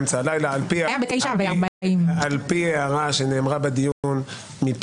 הערה שנאמרה בדיון,